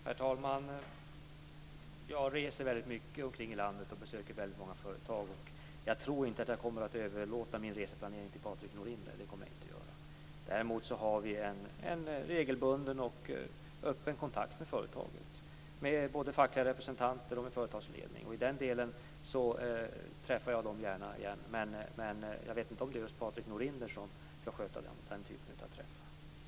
Herr talman! Jag reser omkring i landet väldigt mycket och besöker väldigt många företag. Jag tror inte att jag kommer att överlåta min reseplanering till Patrik Norinder - det kommer jag inte att göra. Däremot har vi en regelbunden och öppen kontakt med företaget, både med fackliga representanter och med företagsledning. Som ett led i den kontakten träffar jag dem gärna igen, men jag vet inte om just Patrik Norinder skall sköta den typen av träffar.